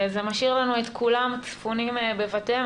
זה משאיר לנו את כולם ספונים בבתיהם,